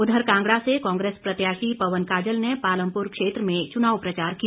उधर कांगड़ा से कांग्रेस प्रत्याशी पवन काजल ने पालमपुर क्षेत्र में चुनाव प्रचार किया